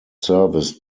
served